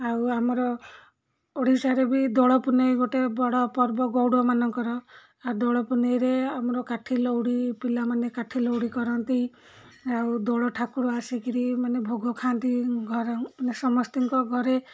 ଆଉ ଆମର ଓଡ଼ିଶାରେ ବି ଦୋଳ ପୁନେଇଁ ଗୋଟେ ବଡ଼ ପର୍ବ ଗୌଡ଼ମାନଙ୍କର ଆଉ ଦୋଳ ପୁନେଇଁରେ ଆମର କାଠି ଲଉଡ଼ି ପିଲାମାନେ କାଠି ଲଉଡ଼ି କରନ୍ତି ଆଉ ଦୋଳ ଠାକୁର ଆସି କରି ମାନେ ଭୋଗ ଖାଆନ୍ତି ଘର ମାନେ ସମସ୍ତଙ୍କ ଘରେ